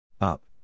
Up